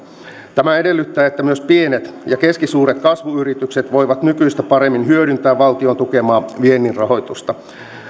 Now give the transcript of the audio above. tämä edellyttää että myös pienet ja keskisuuret kasvuyritykset voivat nykyistä paremmin hyödyntää valtion tukemaa viennin rahoitusta